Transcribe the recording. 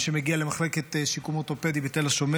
מי שמגיע למחלקת שיקום אורתופדי בתל השומר